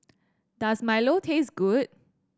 does milo taste good